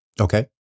Okay